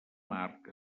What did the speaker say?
marc